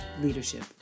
leadership